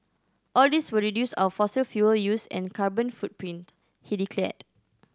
all this will reduce our fossil fuel use and carbon footprint he declared